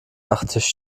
nachttisch